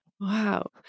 Wow